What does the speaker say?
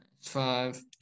Five